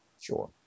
Sure